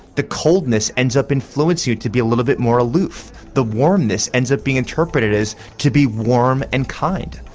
the coldness ends up influencing you to be a little bit more aloof the warmness ends up being interpreted as to be warm and kind.